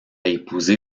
épousé